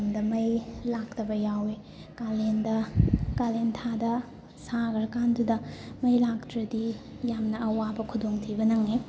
ꯃꯇꯝꯗ ꯃꯩ ꯂꯥꯛꯇꯕ ꯌꯥꯎꯋꯦ ꯀꯥꯂꯦꯟꯗ ꯀꯥꯂꯦꯟ ꯊꯥꯗ ꯁꯥꯈ꯭ꯔꯀꯥꯟꯗꯨꯗ ꯃꯩ ꯂꯥꯛꯇ꯭ꯔꯗꯤ ꯌꯥꯝꯅ ꯑꯋꯥꯕ ꯈꯨꯗꯣꯡꯊꯤꯕ ꯅꯪꯉꯤ